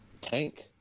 tank